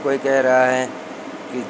कोई कह रहा है कि